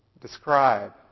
describe